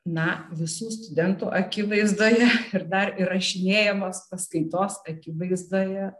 na visų studentų akivaizdoje ir dar įrašinėjamos paskaitos akivaizdoje